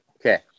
okay